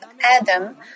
Adam